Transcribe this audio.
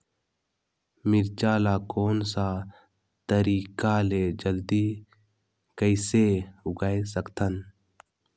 मिरचा ला कोन सा तरीका ले जल्दी कइसे उगाय सकथन?